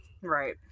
Right